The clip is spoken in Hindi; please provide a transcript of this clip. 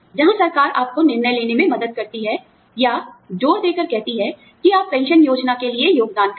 जहां सरकार आपको निर्णय लेने में मदद करती है या जोर देकर कहती है कि आप पेंशन योजना के लिए योगदान करें